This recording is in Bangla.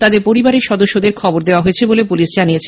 তাদের পরিবারের সদস্যদের খবর দেওয়া হয়েছে বলে পুলিশে জানিয়েছে